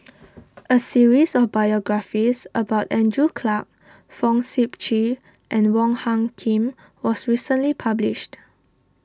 a series of biographies about Andrew Clarke Fong Sip Chee and Wong Hung Khim was recently published